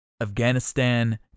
Afghanistan